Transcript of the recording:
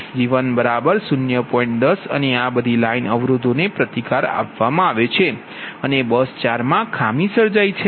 10 અને આ બધી લાઈન અવરોધોને પ્રતિકાર આપવામાં આવે છે અને બસ 4 માં ખામી સર્જાઇ છે